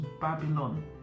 Babylon